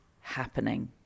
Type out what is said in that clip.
happening